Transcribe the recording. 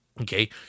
Okay